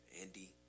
Andy